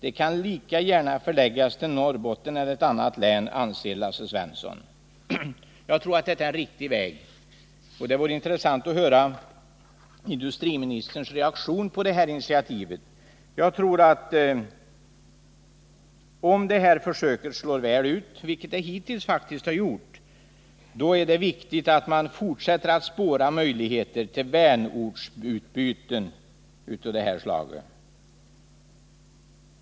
De kan lika gärna förläggas till Norrbotten eller ett annat län, anser Lasse Svenson. Jag tror att det är en riktig väg, och det vore intressant att höra industriministerns reaktion på det här initiativet. Om försöket slår väl ut, vilket det hittills har gjort, är det viktigt att man fortsätter att spåra möjligheter till vänortsutbyten av det här slaget.